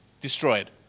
destroyed